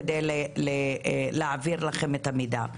כדי להעביר לכם את המידע.